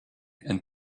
and